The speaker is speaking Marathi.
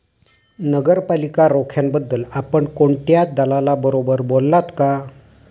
नगरपालिका रोख्यांबद्दल आपण कोणत्या दलालाबरोबर बोललात का?